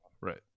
Right